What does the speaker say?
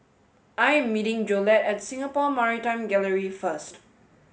I am meeting Jolette at Singapore Maritime Gallery first